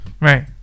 Right